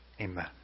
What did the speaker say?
Amen